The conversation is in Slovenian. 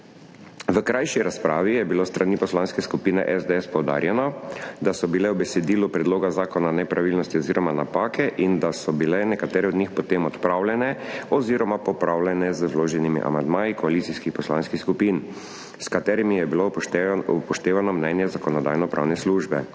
V krajši razpravi je bilo s strani Poslanske skupine SDS poudarjeno, da so bile v besedilu predloga zakona nepravilnosti oziroma napake in da so bile nekatere od njih potem odpravljene oziroma popravljene z vloženimi amandmaji koalicijskih poslanskih skupin, s katerimi je bilo upoštevano mnenje Zakonodajno-pravne službe.